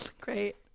great